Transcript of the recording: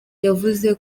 yavuze